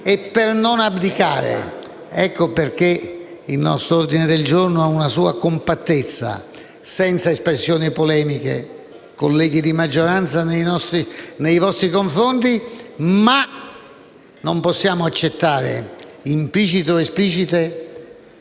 e per non abdicare. Ecco perché il nostro ordine del giorno ha una sua compattezza senza espressioni polemiche, colleghi di maggioranza, nei vostri confronti, ma non possiamo accettare implicite o esplicite